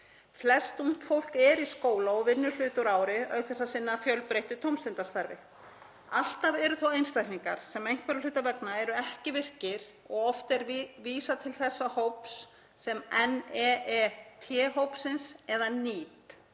Flest ungt fólk er í skóla og vinnur hluta úr ári, auk þess að sinna fjölbreyttu tómstundastarfi. Alltaf eru þó einstaklingar sem einhverra hluta vegna eru ekki virkir og oft er vísað til þess hóps sem NEET-hópsins eða NEET;